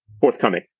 forthcoming